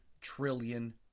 trillion